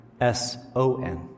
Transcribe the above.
S-O-N